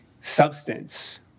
Substance